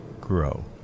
grow